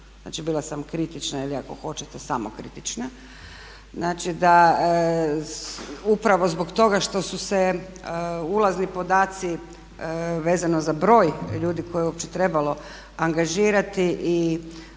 znači bila sam kritična ili ako hoćete samokritična. Znači da upravo zbog toga što su se ulazni podaci vezano za broj ljudi koje je uopće trebalo angažirati i